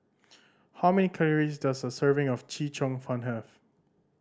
how many calories does a serving of Chee Cheong Fun have